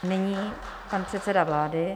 Nyní pan předseda vlády.